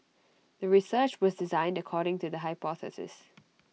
the research was designed according to the hypothesis